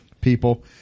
people